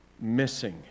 missing